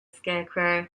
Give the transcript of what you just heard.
scarecrow